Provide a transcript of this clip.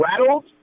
rattled